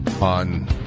on